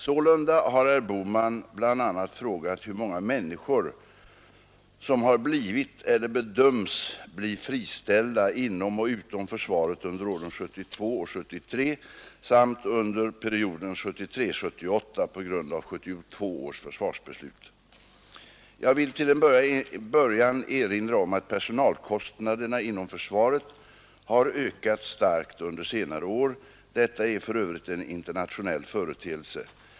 Sålunda har herr Bohman bl.a. frågat hur många människor som har blivit eller bedöms bli friställda inom och utom försvaret under åren 1972 och 1973 samt under perioden 1973—1978 på grund av 1972 års försvarsbeslut. Jag vill till en början erinra om att personalkostnaderna inom försvaret har ökat starkt under senare år. Detta är för övrigt en internationell företeelse.